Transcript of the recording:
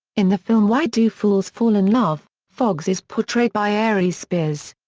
in the film why do fools fall in love, foxx is portrayed by aries spears.